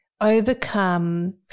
overcome